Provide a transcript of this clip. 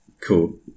Cool